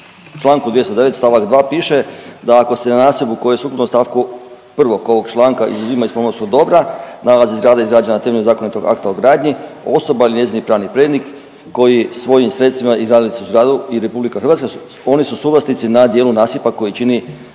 Članku 209. stavak 2. piše da ako se na nasipu koji je sukladno stavku 1. ovog članka izuzima iz pomorskog dobra …/Govornik se ne razumije/… izgrađen na temelju zakonitog akta o gradnji, osoba ili njezin pravni prednik koji svojim sredstvima izgradili su zgradu i RH oni su suvlasnici na dijelu nasipa koji čini